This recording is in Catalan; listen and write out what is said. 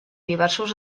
diversos